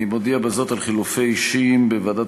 אני מודיע בזאת על חילופי אישים בוועדת